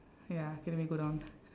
ya okay then we go down